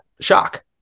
shock